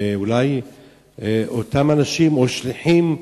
ואולי אותם אנשים או שליחים,